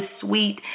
sweet